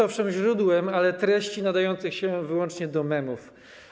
Owszem, jest źródłem, ale treści nadających się wyłącznie do memów.